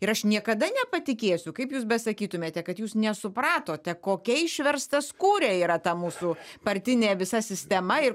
ir aš niekada nepatikėsiu kaip jūs besakytumėte kad jūs nesupratote kokia išverstaskūrė yra ta mūsų partinė visa sistema ir